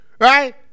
Right